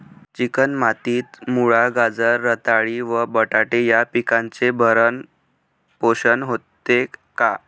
Chicken मातीत मुळा, गाजर, रताळी व बटाटे या पिकांचे भरण पोषण होते का?